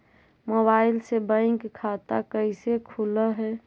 Mobile से bank खाता कैसे खुल है?